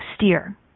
steer